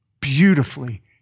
beautifully